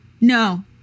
No